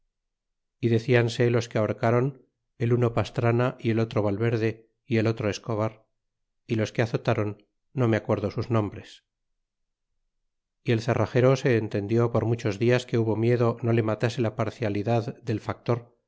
y decianse los que ahorcáron el uno paseana y el otro valverde y el otro escobar y los que azotáron no me acuerdo sus nombres y el cerragero se entendió por muchos dias que hubo miedo no le matase la parcialidad del factor